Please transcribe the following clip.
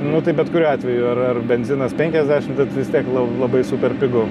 nu tai bet kuriuo atveju ar ar benzinas penkiasdešimt bet vistiek la labai super pigu